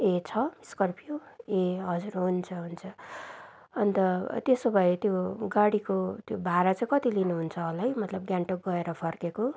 ए छ स्कोर्पियो ए हजुर हुन्छ हुन्छ अन्त त्यसो भए त्यो गाडीको त्यो भाडा चाहिँ कति लिनु हुन्छ होला है मतलब गान्तोक गएर फर्केको